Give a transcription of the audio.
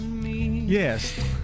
yes